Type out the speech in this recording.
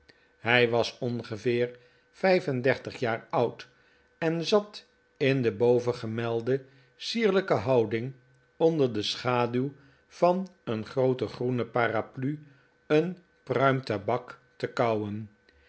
hij was ongeveer vijf en dertig jaar oud en zat in de bovengemelde sierlijke houding onder de schaduw van een groote groene paraplu een pruim tabak te kauwen